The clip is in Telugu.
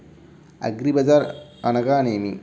అగ్రిబజార్ అనగా నేమి?